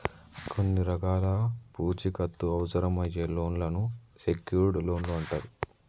కొన్ని రకాల పూచీకత్తు అవసరమయ్యే లోన్లను సెక్యూర్డ్ లోన్లు అంటరు